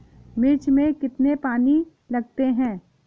मिर्च में कितने पानी लगते हैं?